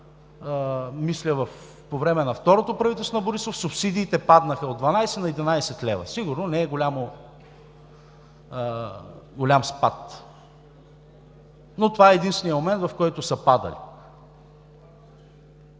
мисля, че по време на второто правителство на Борисов, субсидиите паднаха от 12 на 11 лв. Сигурно не е голям спад, но това е единственият момент, в който са падали.